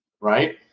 right